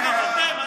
אתם, אתם, אתם.